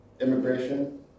immigration